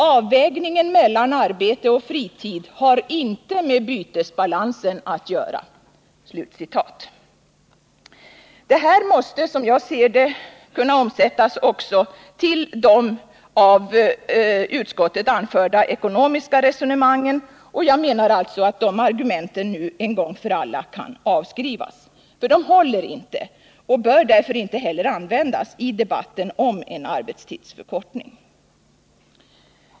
Avvägningen mellan arbete och fritid har inte med bytesbalansen att göra.” Detta måste, som jag ser det, även gälla de av utskottet anförda ekonomiska invändningarna. Dessa argument borde nu därför en gång för alla avskrivas. De håller inte och bör därför inte heller användas i debatten om en arbetstidsförkortning.